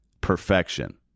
perfection